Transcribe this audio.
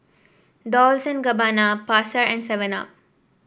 Dolce and Gabbana Pasar and Seven Up